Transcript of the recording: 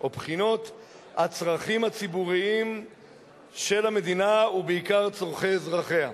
הצרכים הציבוריים של המדינה ובעיקר צורכי אזרחיה.